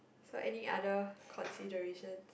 so any other considerations